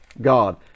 God